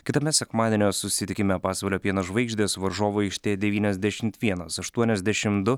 kitame sekmadienio susitikime pasvalio pieno žvaigždės varžovų aikštė devyniasdešimt vienas aštuoniasdešim du